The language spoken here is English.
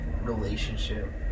Relationship